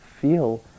feel